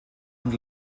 und